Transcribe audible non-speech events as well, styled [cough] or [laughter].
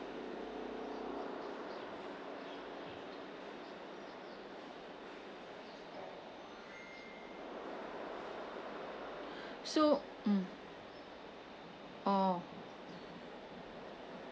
[breath] so mm oh